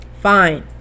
fine